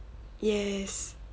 yes